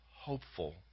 hopeful